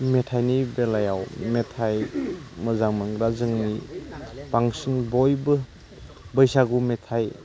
मेथाइनि बेलायाव मेथाइ मोजां मोनग्रा जोंनि बांसिन बयबो बैसागु मेथाइ